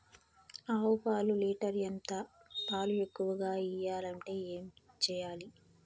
ఆవు పాలు లీటర్ ఎంత? పాలు ఎక్కువగా ఇయ్యాలంటే ఏం చేయాలి?